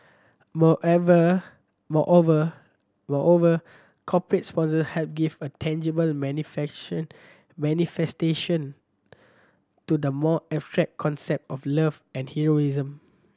moreover moreover corporate sponsor help give a tangible manifestation to the more abstract concept of love and heroism